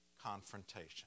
confrontation